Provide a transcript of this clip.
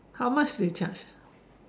how much we charge